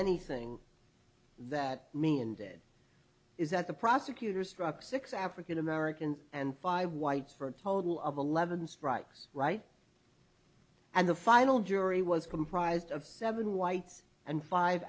anything that me and it is that the prosecutor struck six african american and five whites for a total of eleven strikes right and the final jury was comprised of seven whites and five